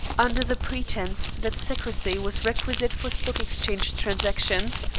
under the pretence that secrecy was requisite for stock exchange transactions,